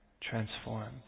transformed